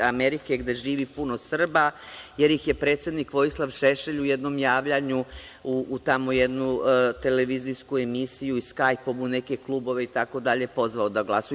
Amerike gde živi puno Srba, jer ih je predsednik Vojislav Šešelj u jednom javljanju u nekoj televizijskoj emisiji, skajpova, neki klubovi, itd, pozvao da glasaju.